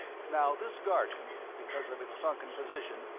now, this garden, because of its sunken position,